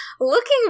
looking